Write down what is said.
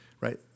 right